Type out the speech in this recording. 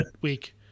week